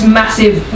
massive